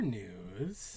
news